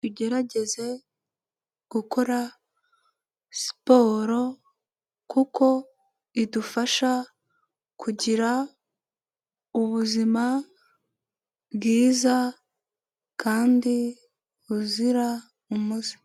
Tugerageze gukora siporo kuko idufasha kugira ubuzima bwiza kandi buzira umuze.